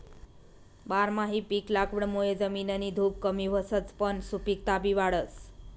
बारमाही पिक लागवडमुये जमिननी धुप कमी व्हसच पन सुपिकता बी वाढस